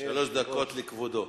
שלוש דקות לכבודו.